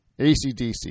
ACDC